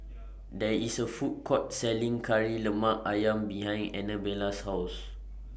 There IS A Food Court Selling Kari Lemak Ayam behind Anabella's House